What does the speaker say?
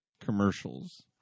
commercials